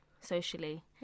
socially